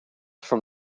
from